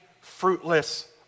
fruitless